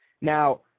Now